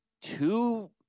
two –